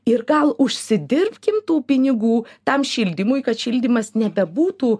ir gal užsidirbkim tų pinigų tam šildymui kad šildymas nebebūtų